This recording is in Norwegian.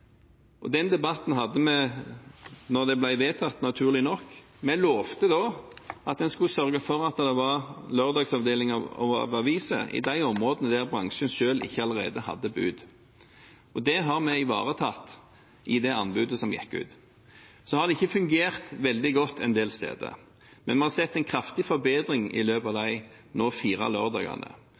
Den debatten hadde vi da det ble vedtatt, naturlig nok. Vi lovte da at en skulle sørge for at det var lørdagsomdeling av aviser i de områdene der bransjen selv ikke allerede hadde bud. Det har vi ivaretatt i det anbudet som gikk ut. Det har ikke fungert veldig godt en del steder, men vi har sett en kraftig forbedring i løpet av nå fire